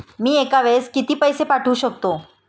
मी एका वेळेस किती पैसे पाठवू शकतो?